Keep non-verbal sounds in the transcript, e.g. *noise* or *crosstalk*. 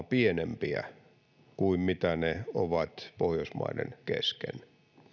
*unintelligible* pienempiä kuin mitä ne ovat pohjoismaiden kesken